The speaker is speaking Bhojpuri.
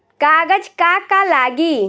कागज का का लागी?